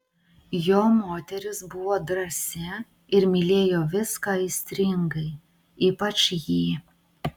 jo moteris buvo drąsi ir mylėjo viską aistringai ypač jį